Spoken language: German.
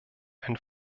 ein